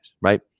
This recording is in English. right